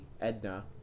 Edna